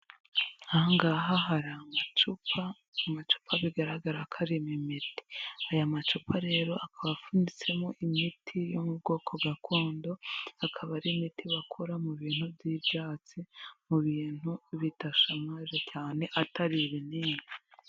Aha ngaha hari amacupa, amacupa bigaragara ko arimo imiti, aya macupa rero akaba apfunyitsemo imiti yo mu bwoko gakondo, akaba ari imiti bakora mu bintu by'ibyatsi, mu bintu bidashamaje cyane atari ibinini.